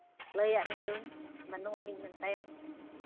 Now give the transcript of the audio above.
ᱞᱟᱹᱭᱟᱜ ᱢᱮᱫᱩᱧ ᱵᱟᱹᱱᱩᱜ ᱟᱹᱱᱤᱡ ᱢᱮᱱᱛᱮ